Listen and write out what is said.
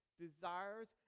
desires